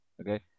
okay